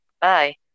Bye